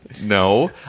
No